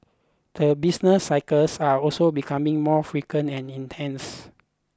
the business cycles are also becoming more frequent and intense